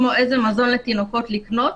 כמו איזה מזון לתינוקות לקנות,